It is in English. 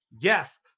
yes